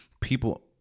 people